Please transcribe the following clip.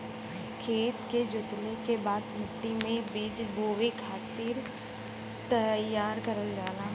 खेत के जोतले के बाद मट्टी मे बीज बोए खातिर तईयार करल जाला